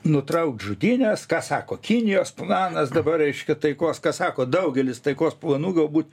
nutraukt žudynes ką sako kinijos planas dabar reiškia taikos ką sako daugelis taikos planų galbūt